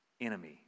enemy